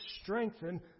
strengthen